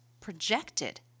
projected